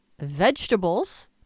vegetables